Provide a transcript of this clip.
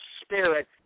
Spirit